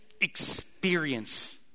experience